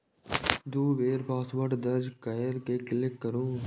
दू बेर पासवर्ड दर्ज कैर के क्लिक करू